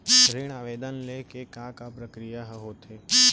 ऋण आवेदन ले के का का प्रक्रिया ह होथे?